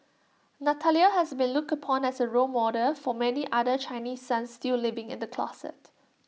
Natalia has been looked upon as A role model for many other Chinese sons still living in the closet